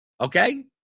okay